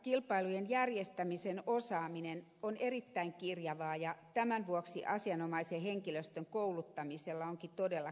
hankintakilpailujen järjestämisen osaaminen on erittäin kirjavaa ja tämän vuoksi asianomaisen henkilöstön kouluttamisella onkin todella kiire